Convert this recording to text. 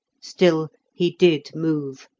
still, he did move,